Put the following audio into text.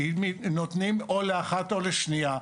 ואם נותנים או לאחת או לשנייה,